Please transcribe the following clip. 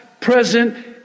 present